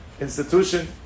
institution